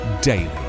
daily